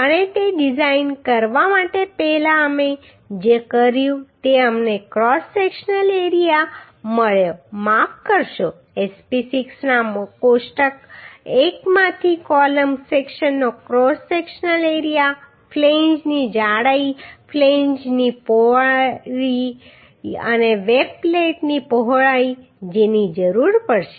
અને તે ડિઝાઇન કરવા માટે પહેલા અમે જે કર્યું તે અમને ક્રોસ સેક્શનલ એરિયા મળ્યો માફ કરશો Sp 6 ના કોષ્ટક 1 માંથી કોલમ સેક્શનનો ક્રોસ સેક્શનલ એરિયા ફ્લેંજની જાડાઈ ફ્લેંજની પહોળાઈ અને વેબ પ્લેટની પહોળાઈ જેની જરૂર પડશે